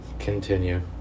Continue